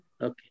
Okay